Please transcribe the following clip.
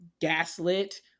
gaslit